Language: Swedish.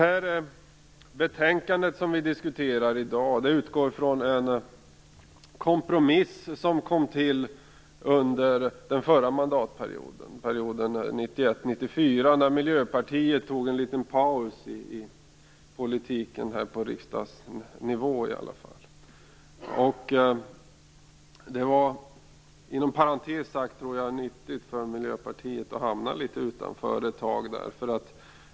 Det betänkande som vi diskuterar i dag utgår från en kompromiss som kom till under den förra mandatperioden, 1991-1994, när Miljöpartiet tog en liten paus i politiken, på riksdagsnivå i alla fall. Jag tror att det , inom parentes sagt, var nyttigt för Miljöpartiet att hamna litet utanför ett tag.